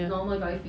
ya